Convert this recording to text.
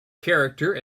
character